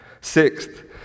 Sixth